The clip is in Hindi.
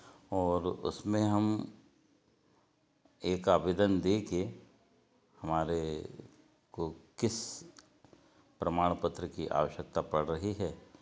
और उसमें हम एक आवेदन देके हमारे को किस प्रमाण पत्र की आवश्यकता पड़ रही है